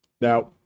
now